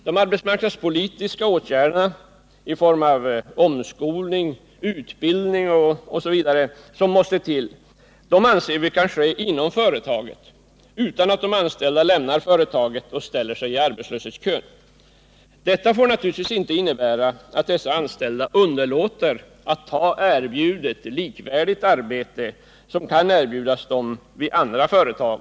De arbetsmarknadspolitiska åtgärder i form av omskolning, utbildning m.m. som måste till anser vi kan vidtas inom företaget, utan att de anställda lämnar företaget och ställer sig i arbetslöshetskön. Detta får naturligtvis inte innebära att dessa anställda underlåter att ta erbjudet likvärdigt arbete, som under tiden kan komma att erbjudas vid andra företag.